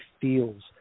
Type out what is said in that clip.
feels